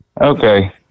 Okay